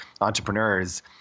entrepreneurs